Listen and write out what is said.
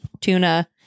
tuna